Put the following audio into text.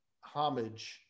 homage